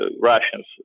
Russians